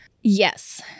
Yes